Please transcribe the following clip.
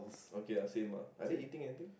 okay are same are they eating anything